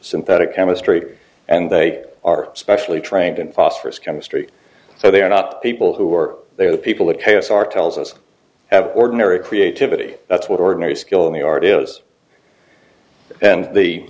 synthetic chemistry and they are specially trained in phosphorus chemistry so they are not people who are there the people who pay us our tells us have ordinary creativity that's what ordinary skill in the art is and the